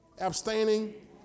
abstaining